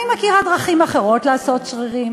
אני מכירה דרכים אחרות לעשות שרירים.